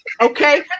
Okay